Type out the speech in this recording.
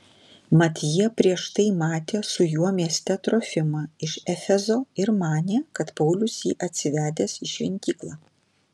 mat jie prieš tai matė su juo mieste trofimą iš efezo ir manė kad paulius jį atsivedęs į šventyklą